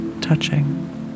touching